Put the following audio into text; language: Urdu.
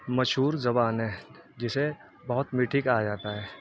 مشہور زبان ہے جسے بہت میٹھی کہا جاتا ہے